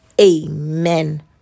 Amen